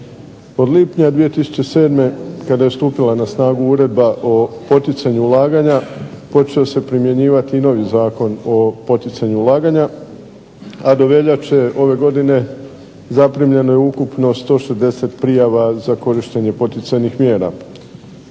Od lipnja 2007. kada je stupila na snagu uredba o poticanju ulaganja, počeo se primjenjivati i novi Zakon o poticanju ulaganja, a do veljače ove godine zaprimljeno je ukupno 160 prijava za korištenje poticajnih mjera.